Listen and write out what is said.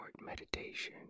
meditation